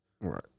Right